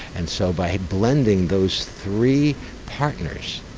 and so by blending those three partners,